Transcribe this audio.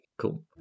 Cool